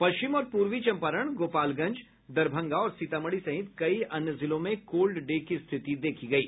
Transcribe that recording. पश्चिम और पूर्वी चंपारण गोपालगंज दरभंगा और सीतामढ़ी सहित कई अन्य जिलों में कोल्ड डे की स्थिति देखी गयी